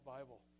Bible